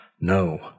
No